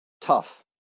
tough